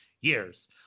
years